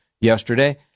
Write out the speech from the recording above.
yesterday